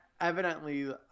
evidently